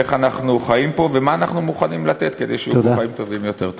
איך אנחנו חיים פה ומה אנחנו מוכנים לתת כדי שיהיו פה חיים טובים יותר.